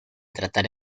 tratar